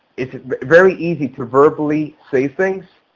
it is very easy to verbally say things.